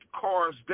cars